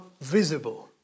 visible